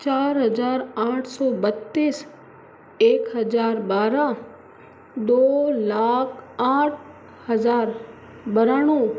चार हज़ार आठ सौ बत्तीस एक हज़ार बारह दो लाख आठ हज़ार बराणु